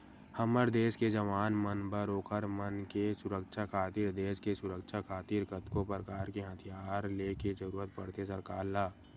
हमर देस के जवान मन बर ओखर मन के सुरक्छा खातिर देस के सुरक्छा खातिर कतको परकार के हथियार ले के जरुरत पड़थे सरकार ल